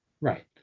right